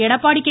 Edappadi K